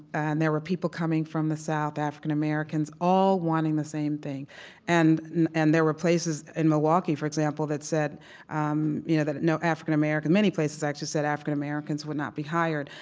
and there were people coming from the south, african americans all wanting the same thing and and there were places in milwaukee, for example that said um you know no african americans many places actually said african americans would not be hired.